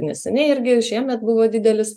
neseniai irgi šiemet buvo didelis